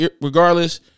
regardless